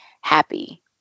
happy